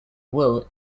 will